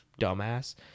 dumbass